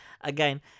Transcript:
Again